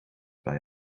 bij